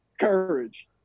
courage